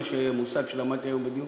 זה מושג שלמדתי היום בדיון,